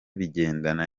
bigendana